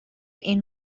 این